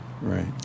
Right